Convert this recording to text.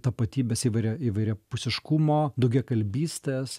tapatybės įvairia įvairiapusiškumo daugiakalbystės